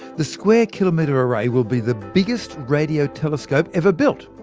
the square kilometre array will be the biggest radio telescope ever built.